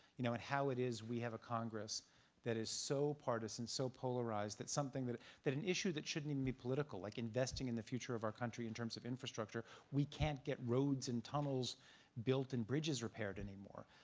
you know and how it is we have a congress that is so partisan, so polarized that something that that an issue that shouldn't be political, like investing in the future of our country in terms of infrastructure, we can't get roads and tunnels built and bridges repaired anymore.